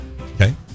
Okay